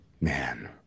Man